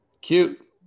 Cute